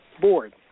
board